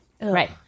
Right